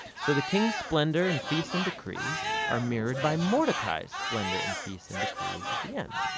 so the king's splendor and feasts and decrees are mirrored by mordecai's splendor and feasts and decrees at the end.